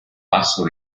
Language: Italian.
basso